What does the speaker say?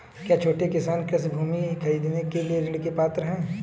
क्या छोटे किसान कृषि भूमि खरीदने के लिए ऋण के पात्र हैं?